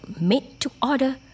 made-to-order